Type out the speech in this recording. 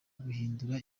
guhindura